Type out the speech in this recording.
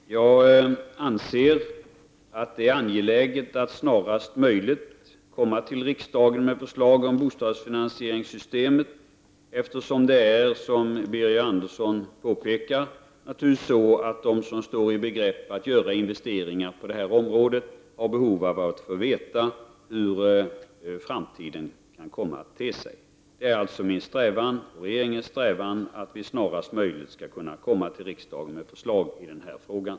Fru talman! Jag anser att det är angeläget att snarast möjligt komma till riksdagen med förslag om bostadsfinansieringssystemet, eftersom det naturligtvis, som Birger Andersson påpekar, är så att de som står i begrepp att göra investeringar på detta område har behov av att få veta hur framtiden kan komma att te sig. Det är alltså min och regeringens strävan att vi snarast möjligt skall kunna komma till riksdagen med förslag i denna fråga.